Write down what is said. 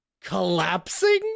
collapsing